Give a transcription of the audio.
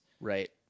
Right